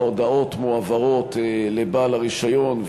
ההודעות מועברות לבעל הרישיון,